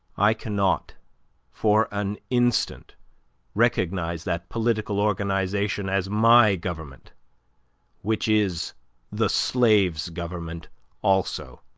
i cannot for an instant recognize that political organization as my government which is the slave's government also.